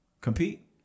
compete